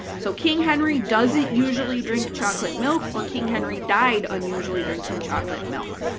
so king henry doesn't usually drink chocolate milk or king henry dies unusually drinking chocolate milk.